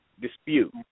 dispute